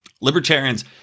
Libertarians